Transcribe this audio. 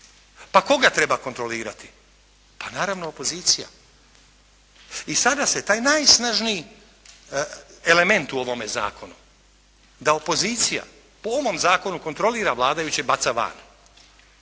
Pa tko ga treba kontrolirati? Pa naravno opozicija.I sada se taj najsnažniji element u ovome zakonu, da opozicija po ovom zakonu kontrolira vladajuće baca van.